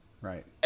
Right